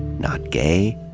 not gay.